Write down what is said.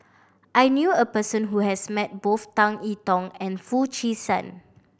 I knew a person who has met both Tan I Tong and Foo Chee San